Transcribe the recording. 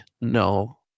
no